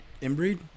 Inbreed